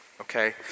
Okay